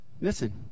Listen